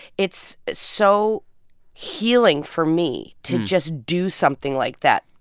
it's so healing for me to just do something like that.